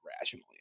rationally